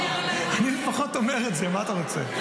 אני לפחות אומר את זה, מה אתה רוצה?